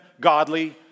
godly